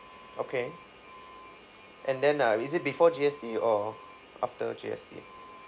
okay and then uh is it before G_S_T or after G_S_T